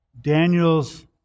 Daniel's